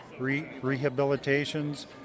rehabilitations